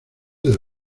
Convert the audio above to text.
del